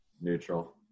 Neutral